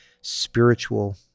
spiritual